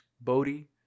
Bodhi